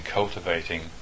cultivating